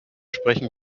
sprechen